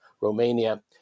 Romania